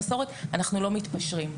ועל המסורת אנחנו לא מתפשרים.